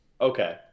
Okay